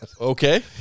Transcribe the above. okay